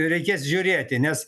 reikės žiūrėti nes